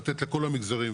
לתת לכל המגזרים,